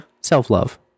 Self-love